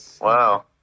Wow